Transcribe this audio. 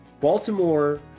Baltimore